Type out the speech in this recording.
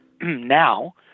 now